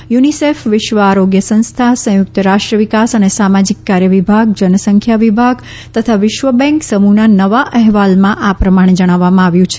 UNICEF વિશ્વ આરોગ્ય સંસ્થા સંયુક્ત રાષ્ટ્ર વિકાસ અને સામાજીક કાર્યવિભાગના જન સંખ્યા વિભાગ તથા વિશ્વબેંક સમૂહના નવા અહેવાલમાં આ પ્રમાણે જણાવવામાં આવ્યું છે